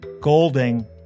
Golding